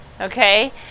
okay